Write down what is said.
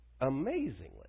amazingly